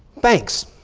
banks.